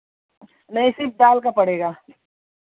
नहीं सिर्फ़ दाल का पड़ेगा